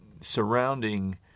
surrounding